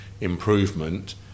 improvement